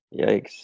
Yikes